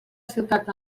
ciutat